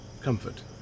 comfort